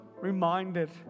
reminded